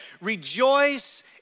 Rejoice